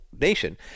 nation